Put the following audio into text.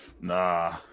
nah